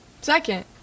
Second